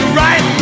right